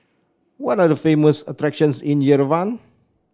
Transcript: what are the famous attractions in Yerevan